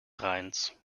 rheins